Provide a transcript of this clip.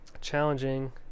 challenging